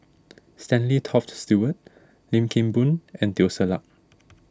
Stanley Toft Stewart Lim Kim Boon and Teo Ser Luck